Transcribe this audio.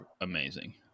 amazing